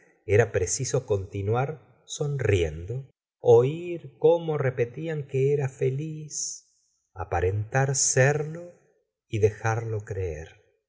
era preciso continuar sonriendo oir cómo repetían que era feliz aparentar serlo y dejarlo creer